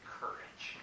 courage